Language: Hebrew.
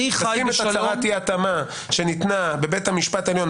תשים הצהרת אי התאמה בבית משפט העליון,